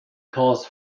calls